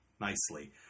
nicely